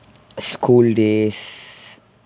school days